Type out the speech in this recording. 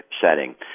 setting